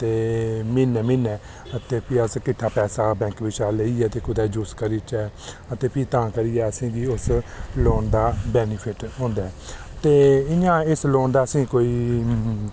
अते म्हीनै म्हीनै ते भी अस किट्ठा पैसा बैंक बिचा लेइयै उसी कुतै यूज करचै अते भी तां करियै असें ई इस लोन दी बैनीफिट होंदा ऐ ते इ'यां इस लोन दा असें ई कोई